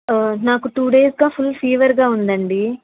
ఒక నాకు టూ డేస్గా ఫుల్ ఫీవర్గా ఉందండి